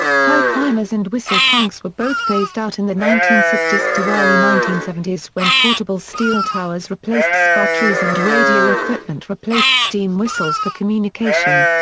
high climbers and whistle punks were both phased out in the nineteen sixty s to early nineteen seventy s when portable steel towers replaced spar trees and radio equipment replaced steam whistles for communication.